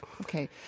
Okay